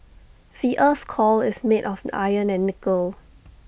the Earth's core is made of iron and nickel